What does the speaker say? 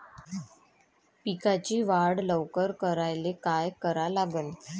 पिकाची वाढ लवकर करायले काय करा लागन?